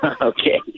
Okay